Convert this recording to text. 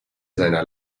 seiner